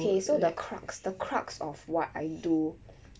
okay so the crux the crux of what I do